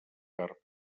car